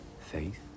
Faith